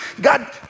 God